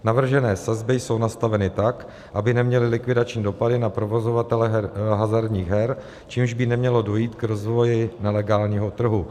Navržené sazby jsou nastaveny tak, aby neměly likvidační dopady na provozovatele hazardních her, čímž by nemělo dojít k rozvoji nelegálního trhu.